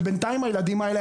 ובינתיים הילדים האלה,